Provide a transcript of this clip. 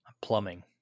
Plumbing